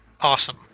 awesome